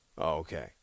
Okay